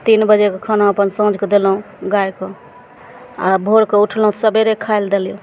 तीन बजे कऽ खाना अपन साँझ कऽ देलहुॅं गायके आ भोर कऽ उठलहुॅं सबेरे खाइ लए देलियै